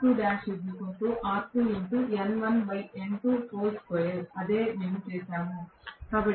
అదే మేము చేసాము